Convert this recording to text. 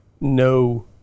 no